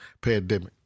pandemic